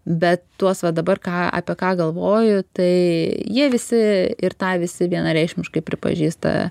bet tuos va dabar ką apie ką galvoju tai jie visi ir tą visi vienareikšmiškai pripažįsta